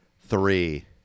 three